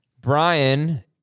Brian